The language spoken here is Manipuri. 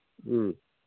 ꯎꯝ